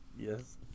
Yes